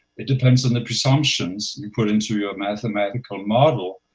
it depends on the presumptions you put into your mathematical model,